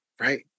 right